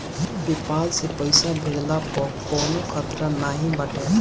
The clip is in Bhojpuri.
पेपाल से पईसा भेजला पअ कवनो खतरा नाइ बाटे